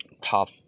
top